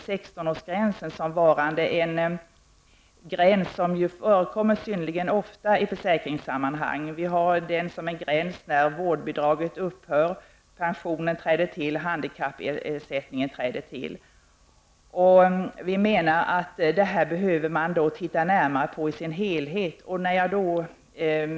16 årsgränsen är ju en gräns som förekommer synnerligen ofta i försäkringssammanhang. Den utgör den tidpunkt då vårdbidraget upphör och då pensionen och handikappersättningen träder till. Vi menar att man behöver se närmare på frågan i dess helhet.